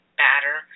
batter